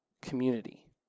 Community